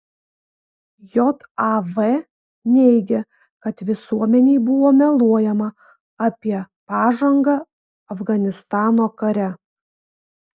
jav neigia kad visuomenei buvo meluojama apie pažangą afganistano kare